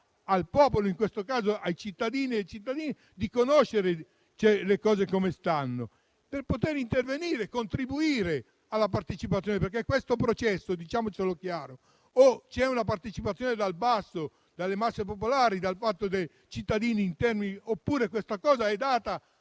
al popolo, in questo caso alle cittadine e ai cittadini, di conoscere le cose come stanno, per poter intervenire e partecipare. In questo processo - diciamocelo chiaro - o c'è una partecipazione dal basso, delle masse popolari e dai cittadini, oppure tutto è dato